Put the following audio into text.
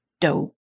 dope